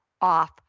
off